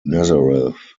nazareth